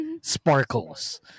sparkles